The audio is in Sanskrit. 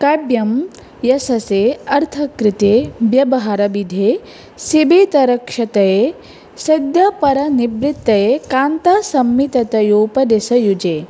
काव्यं यशसे अर्थकृते व्यवहारविदे शिवेतरक्षतये सद्यः परनिर्वृत्तये कान्तासम्मिततयोपदेशयुजे